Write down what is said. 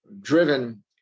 driven